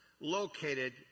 located